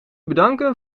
bedanken